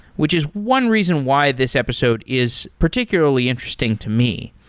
which is one reason why this episode is particularly interesting to me,